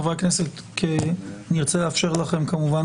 חברי הכנסת כי אני ארצה לאפשר לכם כמובן